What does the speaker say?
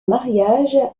mariage